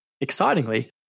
Excitingly